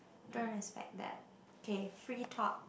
don't respect that okay free talk